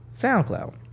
SoundCloud